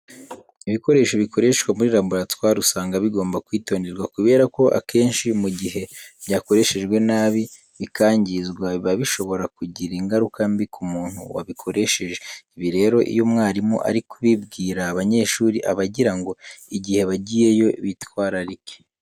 Ibikoresho bikoreshwa muri laboratwari, usanga bigomba kwitonderwa kubera ko akenshi mu gihe byakoreshejwe nabi bikangizwa, biba bishobora kugira ingaruka mbi ku muntu wabikoresheje. Ibi rero iyo umwarimu ari kubibwira abanyeshuri aba agira ngo igihe bagiyeyo bitwararike.